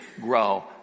grow